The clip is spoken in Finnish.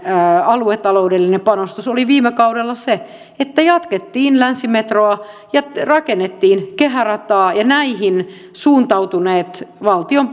aluetaloudellinen panostus oli viime kaudella se että jatkettiin länsimetroa ja rakennettiin kehärataa ja näihin suuntautuneet valtion